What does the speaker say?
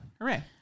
Hooray